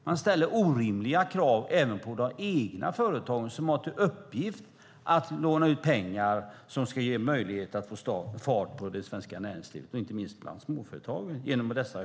Man ställer orimliga krav genom dessa höga avkastningskrav även på de egna företagen som har till uppgift att låna ut pengar som ska ge möjlighet att få fart på det svenska näringslivet och inte minst på småföretagen.